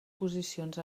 posicions